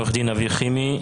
עורך דין אבי חימי,